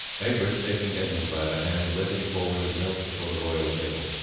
egbert, taking edmund by the hand, led him forward and knelt before the royal table.